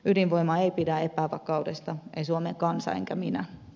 ydinvoima ei pidä epävakaudesta ei suomen kansa enkä minä